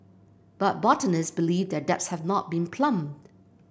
but botanists believe their depths have not been plumbed